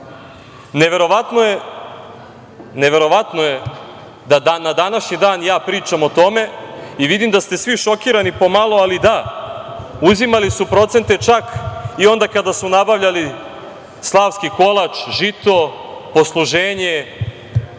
iskoristili. Neverovatno je da na današnji dan ja pričam o tome i vidim da ste svi šokirani pomalo, ali da, uzimali su procente čak i onda kada su nabavljali slavski kolač, žito, posluženje